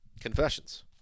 confessions